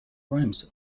rhymes